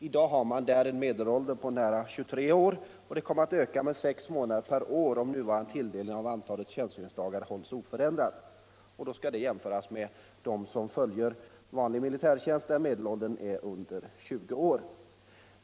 I dag ligger medelåldern på nära 23 år, och den kommer att öka med sex månader per år om nuvarande tilldelning av tjänstgöringsdagar hålls oförändrad. Detta skall jämföras med att medelåldern för dem som' gör vanlig militärtjänst är under 20 år.